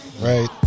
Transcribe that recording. Right